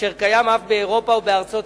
אשר קיים אף באירופה ובארצות-הברית,